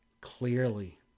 clearly